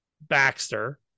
Baxter